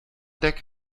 deck